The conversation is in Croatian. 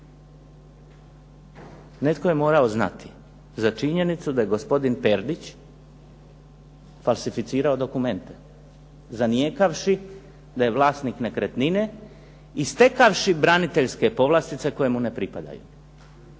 Netko je morao znati za činjenicu da je gospodin Perdić falsificirao dokumente, zanijekavši da je vlasnik nekretnine i stekavši braniteljske povlastice koje mu ne pripadaju.